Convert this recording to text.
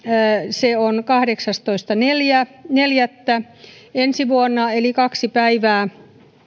se on kahdeksastoista neljättä ensi vuonna eli kaksi päivää